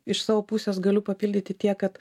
iš savo pusės galiu papildyti tiek kad